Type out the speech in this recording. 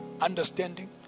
understanding